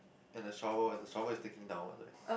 and the shovel and the shovel is digging downward eh